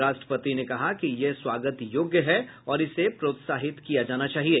राष्ट्रपति ने कहा कि यह स्वागत योग्य है और इसे प्रोत्साहित किया जाना चाहिए